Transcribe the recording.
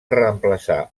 reemplaçar